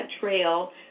trail